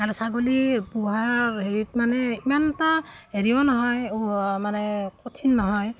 আৰু ছাগলী পোহাৰ হেৰিত মানে ইমানটা হেৰিও নহয় মানে কঠিন নহয়